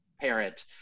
parent